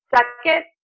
Second